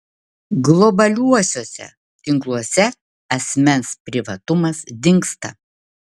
globaliuosiuose tinkluose asmens privatumas dingsta